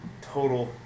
Total